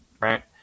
right